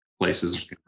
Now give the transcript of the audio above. places